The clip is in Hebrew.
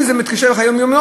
אם זה מתקשר לחיי היום-היום,